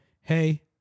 hey